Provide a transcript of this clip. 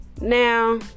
Now